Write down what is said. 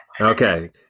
Okay